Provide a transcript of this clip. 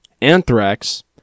Anthrax